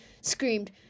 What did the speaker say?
screamed